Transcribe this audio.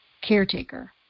caretaker